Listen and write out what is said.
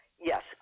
yes